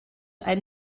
ein